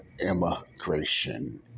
immigration